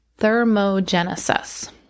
thermogenesis